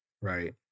Right